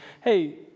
hey